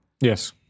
Yes